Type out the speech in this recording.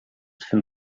swym